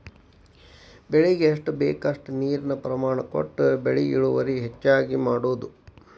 ಬೆಳಿಗೆ ಎಷ್ಟ ಬೇಕಷ್ಟ ನೇರಿನ ಪ್ರಮಾಣ ಕೊಟ್ಟ ಬೆಳಿ ಇಳುವರಿ ಹೆಚ್ಚಗಿ ಮಾಡುದು